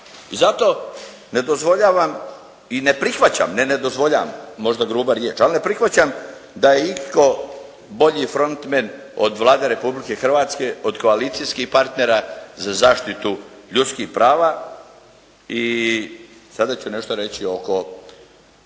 I zato ne dozvoljavam i ne prihvaćam, ne ne dozvoljavam možda gruba riječ, ali ne prihvaćam da je itko bolji … od Vlade Republike Hrvatske, od koalicijskih partnera za zaštitu ljudskih prava i sada ću nešto reći oko